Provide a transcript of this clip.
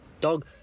Dog